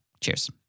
Cheers